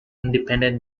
independent